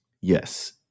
Yes